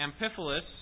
Amphipolis